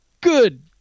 good